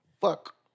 Fuck